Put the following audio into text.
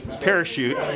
parachute